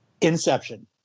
Inception